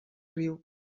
riu